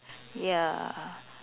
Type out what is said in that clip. ya